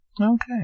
Okay